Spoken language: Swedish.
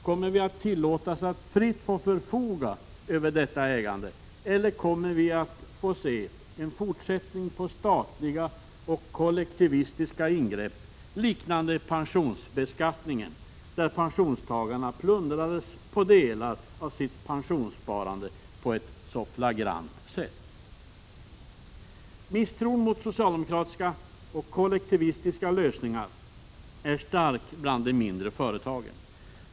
Kommer vi att tillåtas att fritt få förfoga över detta ägande, eller kommer vi att få se en fortsättning på statliga och kollektivistiska ingrepp liknande pensionsbeskattningen, där pensionstagarna plundrades på delar av sitt pensionssparande på ett så flagrant sätt? Misstron mot socialdemokratiska och kollektivistiska lösningar är stark bland de mindre företagen.